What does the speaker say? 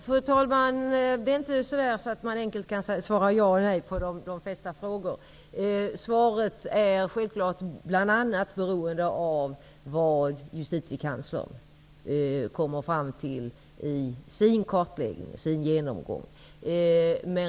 Fru talman! Det är inte så enkelt att svara ja eller nej på de flesta frågor. Svaret på Ulla Petterssons fråga är självfallet bl.a. beroende av vad Justitiekanslern kommer fram till i sin kartläggning.